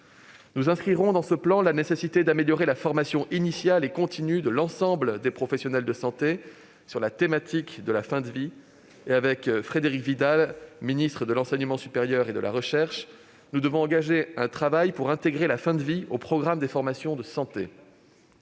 Nous inscrirons dans ce plan la nécessité d'améliorer la formation initiale et continue de l'ensemble des professionnels de santé sur la thématique de la fin de vie. Avec Frédérique Vidal, ministre de l'enseignement supérieur, de la recherche et de l'innovation, nous devons engager un travail pour intégrer la fin de vie aux programmes des formations de santé.